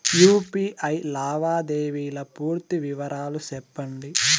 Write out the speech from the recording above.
UPI లావాదేవీల పూర్తి వివరాలు సెప్పండి?